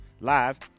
live